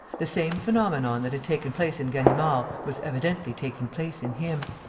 the same phenomenon that had taken place in ganimard was evidently taking place in him.